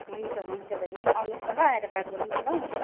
हुन्छ हुन्छ बैनी आउनुहोस् न ल आएर बात मारौँ न ल